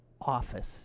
office